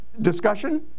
discussion